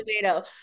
tomato